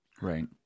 right